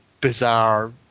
bizarre